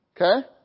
Okay